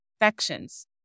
infections